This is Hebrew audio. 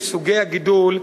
וסוגי הגידול,